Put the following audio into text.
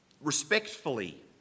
Respectfully